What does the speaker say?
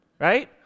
right